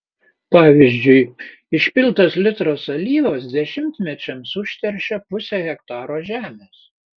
pavyzdžiui išpiltas litras alyvos dešimtmečiams užteršia pusę hektaro žemės